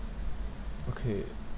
okay